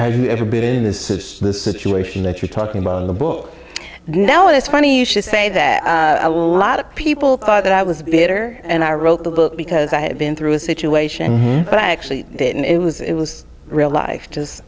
have you ever been in this situation that you're talking about in the book now it's funny you should say that a lot of people thought that i was bitter and i wrote the book because i had been through a situation but actually it was it was real life